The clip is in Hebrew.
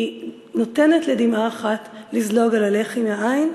היא נותנת לדמעה אחת לזלוג על הלחי מהעין,